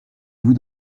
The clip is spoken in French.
vous